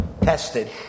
tested